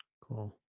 Cool